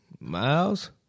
Miles